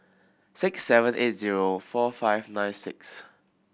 six seven eight zero four five nine six